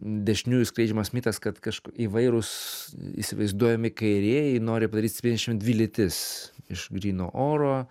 dešiniųjų skleidžiamas mitas kad kaž įvairūs įsivaizduojami kairieji nori padaryt septyniasdešimt dvi lytis iš gryno oro